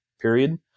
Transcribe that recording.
period